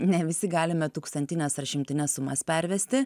ne visi galime tūkstantines ar šimtines sumas pervesti